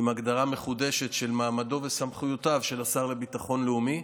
עם הגדרה מחודשת של מעמדו וסמכויותיו של השר לביטחון לאומי.